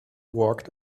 walked